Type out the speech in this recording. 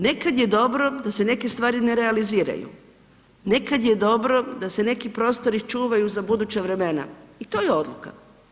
Nekad je dobro da se neke stvari ne realiziraju, nekad je dobro da se neki prostori čuvaju za buduća vremena i to je odluka.